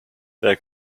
wer